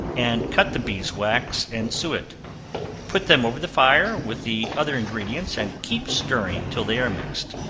and cut the beeswax and suet put them over the fire with the other ingredients, and keep stirring till they are mixed,